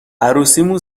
عروسیمون